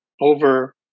over